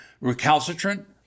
recalcitrant